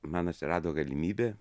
man atsirado galimybė